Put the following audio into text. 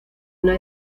una